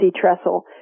Trestle